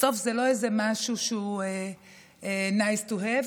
בסוף זה לא משהו שהוא nice to have,